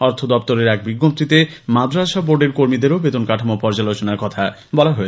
অর্থ দপ্তরের এক বিজ্ঞপ্তিতে মাদ্রাসা বোর্ডের কর্মীদেরও বেতন কাঠামো পর্যালোচনার কথা বলা হয়েছে